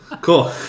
cool